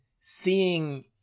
seeing